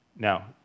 Now